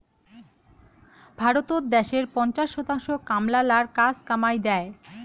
ভারতত দ্যাশের পঞ্চাশ শতাংশ কামলালার কাজ কামাই দ্যায়